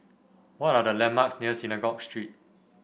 what are the landmarks near Synagogue Street